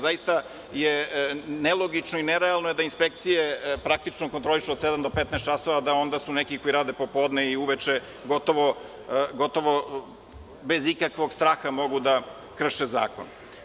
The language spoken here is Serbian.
Zaista je nelogično i nerealno da inspekcije kontrolišu od 7 do 15 časova, a da onda neki koji rade popodne i uveče gotovo bez ikakvog straha mogu da krše zakon.